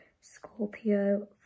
Scorpio